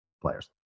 Players